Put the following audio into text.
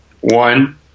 One